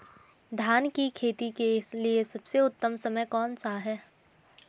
धान की खेती के लिए सबसे उत्तम समय कौनसा है?